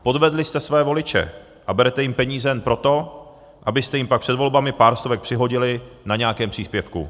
Podvedli jste své voliče a berete jim peníze jen proto, abyste jim pak před volbami pár stovek přihodili na nějakém příspěvku.